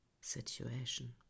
situation